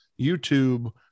YouTube